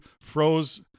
froze –